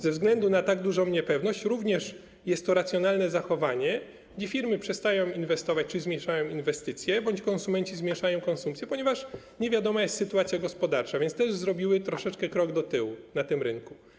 Ze względu na tak dużą niepewność również jest to racjonalne zachowanie, gdzie firmy przestają inwestować czy zmniejszają inwestycje bądź konsumenci zmniejszają konsumpcję, ponieważ niewiadoma jest sytuacja gospodarcza, więc też banki zrobiły krok do tyłu na tym rynku.